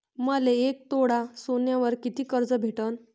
मले एक तोळा सोन्यावर कितीक कर्ज भेटन?